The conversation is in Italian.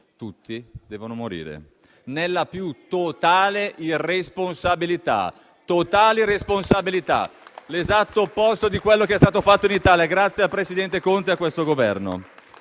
tutti devono morire, nella più totale irresponsabilità. È l'esatto opposto di quello che è stato fatto in Italia grazie al presidente Conte e a questo Governo.